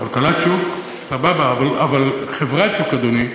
כלכלת שוק, סבבה, אבל חברת שוק, אדוני,